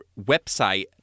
website